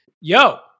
yo